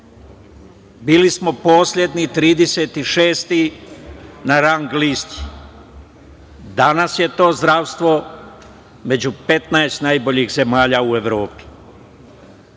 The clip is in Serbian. bili smo poslednji, 36 na rang listi. Danas je to zdravstvo među 15 najboljih zemalja u Evropi.